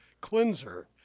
cleanser